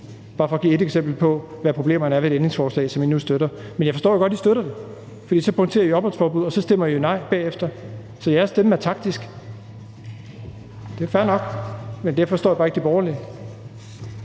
bare for at give et eksempel på, hvad problemerne er ved det ændringsforslag, som I nu støtter. Men jeg forstår godt, at I støtter det, for så punkterer I opholdsforbuddet, og så stemmer I nej bagefter. Så jeres stemme er taktisk. Det er fair nok, men der forstår jeg bare ikke de borgerlige.